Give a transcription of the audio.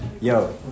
Yo